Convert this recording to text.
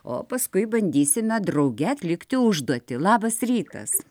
o paskui bandysime drauge atlikti užduotį labas rytas